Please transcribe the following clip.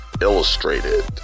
illustrated